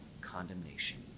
condemnation